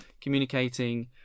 communicating